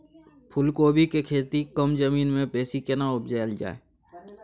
फूलकोबी के खेती कम जमीन मे बेसी केना उपजायल जाय?